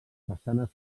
façana